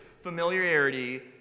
familiarity